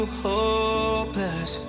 hopeless